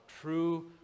true